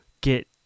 get